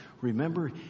Remember